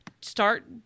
start